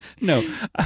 No